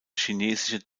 chinesische